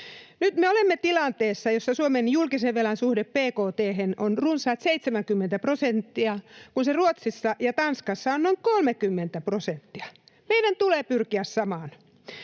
Nyt me olemme tilanteessa, jossa Suomen julkisen velan suhde bkt:hen on runsaat 70 prosenttia, kun se Ruotsissa ja Tanskassa on noin 30 prosenttia. Meidän tulee pyrkiä samaan.